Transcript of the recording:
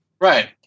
Right